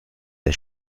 der